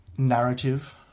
Narrative